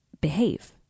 behave